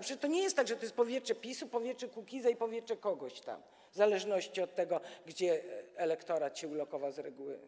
Przecież to nie jest tak, że to jest powietrze PiS-u, powietrze Kukiza czy powietrze kogoś tam, w zależności od tego, gdzie elektorat się ulokował, z reguły